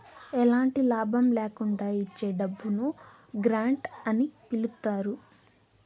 ఎలాంటి లాభం ల్యాకుండా ఇచ్చే డబ్బును గ్రాంట్ అని పిలుత్తారు